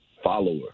Follower